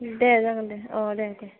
दे जागोन दे औ दे दे